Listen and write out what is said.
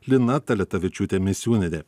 lina taletavičiūtė misiūnienė